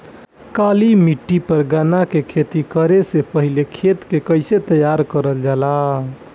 काली मिट्टी पर गन्ना के खेती करे से पहले खेत के कइसे तैयार करल जाला?